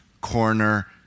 corner